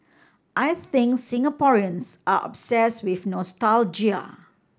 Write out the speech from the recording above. I think Singaporeans are obsess with nostalgia